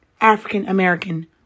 African-American